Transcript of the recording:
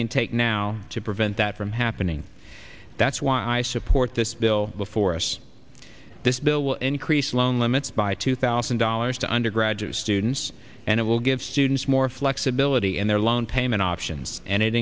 can take now to prevent that from happening that's why i support this bill before us this bill will increase loan limits by two thousand dollars to undergraduate students and it will give students more flexibility in their loan payment options and it